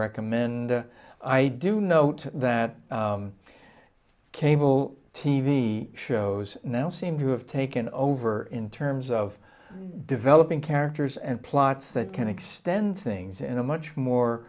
recommend i do note that cable t v shows now seem to have taken over in terms of developing characters and plots that can extend things in a much more